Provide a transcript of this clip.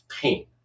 pain